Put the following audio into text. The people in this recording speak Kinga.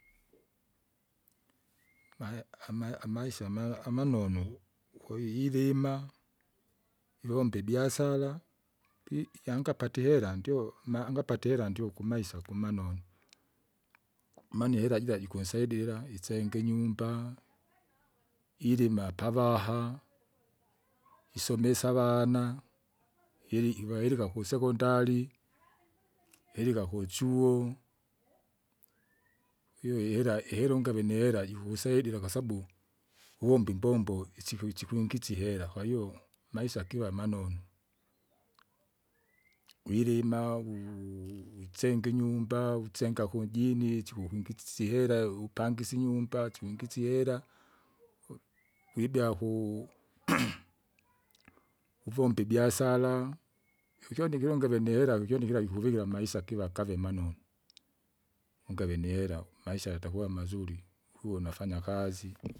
maya- ama- amaisha amala amanonu, wouilima, ivomba ibiasara, pi- jangapatie hera ndyo nangapata hera ndyo kumaisa kumanonu. Maana ihera jira jikunsaidira isenga inyumba, ilima pavaha, isomisa avana, ili iva ilika kusekondari, ilika kuchuo, iuwi ila ihera ungave nihera jikukusaidira kwasabu, uwomba imbombo isiku- isikuingisya ihera kwahiyo, maisa kiva manonu, wirima wuu- isenga inyumba, wusenga kunjinisiku kwingisisya ihera upangisye inyumba suwingisye ihera u- uibea kuu kuvomba ibiasara, kukyona ikilu ngavya nihera vikyoni kira kikuvikira kikuvikira mmaisa kiva kave manonu, ungave nihera umaisha yatakuwa mazuri, huwa unafanya kaz.